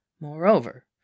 Moreover